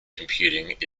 computing